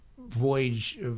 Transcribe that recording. voyage